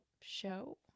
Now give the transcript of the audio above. show